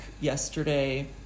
yesterday